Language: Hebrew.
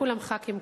כולם חברי כנסת,